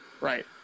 Right